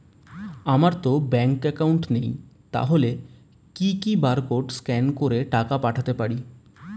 আমারতো bank account নেই তাহলে কি কি বারকোড স্ক্যান করে টাকা পাঠাতে পারি?